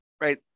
right